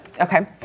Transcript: Okay